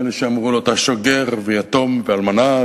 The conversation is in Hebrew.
אלה שאמרו: לא תעשוק גר ויתום ואלמנה,